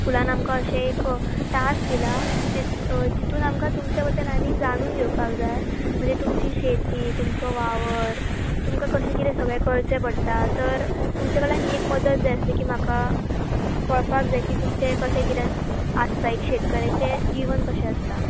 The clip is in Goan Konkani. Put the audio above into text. स्कुलान आमकां अशें एक टास्क दिलां जितून आमकां तुमच्या बद्दल आनीक जाणून घेवपाक जाय म्हणचे तुमची शेती तुमचो वावर तुमकां कशें कितें सगळें करचें पडटा तर तुमचे कडल्यान एक मद्दत जाय आसली की म्हाका कळपाक जाय की तुमचें कशें कितें आसता एक शेतकाराचें जिवन कशें आसता